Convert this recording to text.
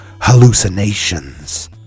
hallucinations